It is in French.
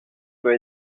peut